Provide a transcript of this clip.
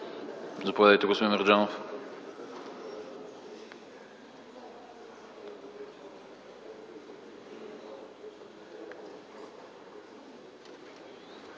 заповядайте, господин Мерджанов.